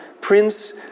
Prince